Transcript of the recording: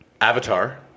Avatar